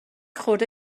خورده